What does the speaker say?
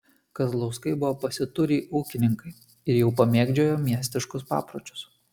kazlauskai buvo pasiturį ūkininkai ir jau pamėgdžiojo miestiškus papročius